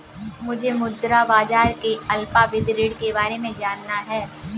मुझे मुद्रा बाजार के अल्पावधि ऋण के बारे में जानना है